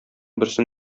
берсен